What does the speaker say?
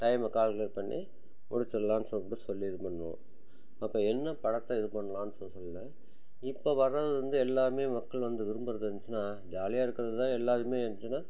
டைமை கால்குலேட் பண்ணி முடிச்சிடலாம் சொல்லிட்டு சொல்லி இது பண்ணுவோம் அப்போ என்ன படத்தை இது பண்ணலான்னு சொல் சொல்லல இப்போ வர்றது வந்து எல்லாமே மக்கள் வந்து விரும்புகிறது வந்துச்சினா ஜாலியாக இருக்கிறது தான் எல்லோருமே இருந்ச்சினா